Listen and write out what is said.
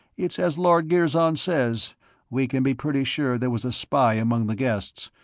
it's as lord girzon says we can be pretty sure there was a spy among the guests,